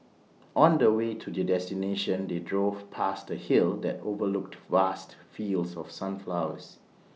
on the way to their destination they drove past A hill that overlooked vast fields of sunflowers